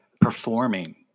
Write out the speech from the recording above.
performing